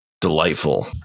delightful